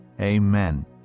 Amen